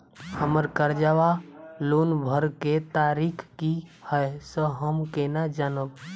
हम्मर कर्जा वा लोन भरय केँ तारीख की हय सँ हम केना जानब?